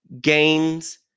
gains